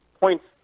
points